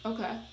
Okay